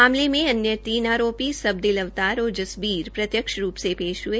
मामले में अन्य तीन आरोपी संबदिल अवतार ओर जसंबीर प्रत्यक्ष रूप से पेश हुए